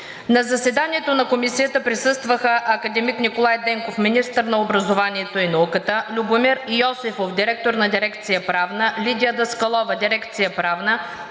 На заседанието на Комисията присъстваха: академик Николай Денков – министър на образованието и науката, Любомир Йосифов – директор на дирекция „Правна“, Лидия Даскалова – дирекция „Правна“,